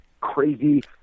crazy